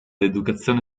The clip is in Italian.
educazione